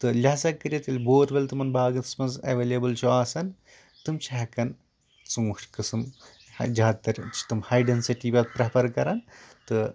تہٕ لِہازا کٔرِتھ ییٚلہِ بورویل تِمن باغَس منٛز ایویلیبٕل چھُ آسان تِم چھِ ہٮ۪کان ژوٗنٹھۍ قٕسم زیادٕ تر چھِ تٕم ہاے ڈینٛسٹی پریفر کران تہٕ